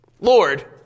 Lord